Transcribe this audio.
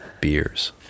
beers